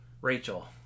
rachel